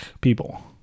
people